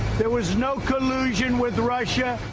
there was no collusion with russia.